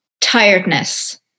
tiredness